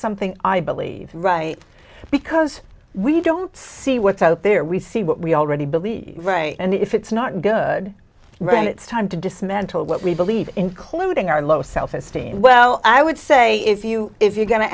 something i believe right because we don't see what's out there we see what we already believe right and if it's not good right and it's time to dismantle what we believe including our low self esteem well i would say if you if you're going to